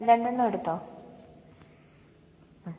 രണ്ടെണം എടുത്തോ മ്